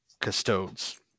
Custodes